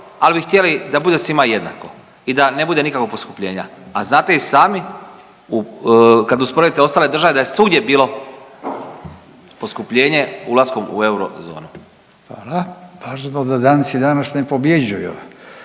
ali bi htjeli da bude svima jednako i da ne bude nikakvog poskupljenja. A znate i sami kad usporedite ostale države da je svugdje bilo poskupljenje ulaskom u eurozonu. **Radin, Furio